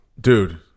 Dude